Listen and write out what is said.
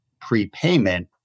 prepayment